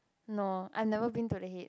no I never been to the head